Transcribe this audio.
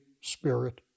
Spirit